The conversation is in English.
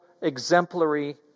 exemplary